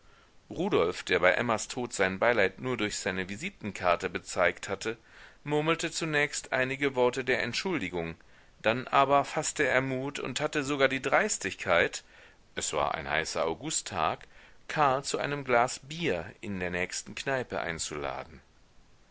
rudolf der bei emmas tode sein beileid nur durch seine visitenkarte bezeigt hatte murmelte zunächst einige worte der entschuldigung dann aber faßte er mut und hatte sogar die dreistigkeit es war ein heißer augusttag karl zu einem glas bier in der nächsten kneipe einzuladen